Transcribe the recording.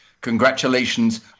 Congratulations